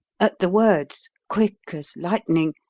at the words, quick as lightning,